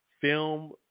film